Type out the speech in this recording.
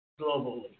globally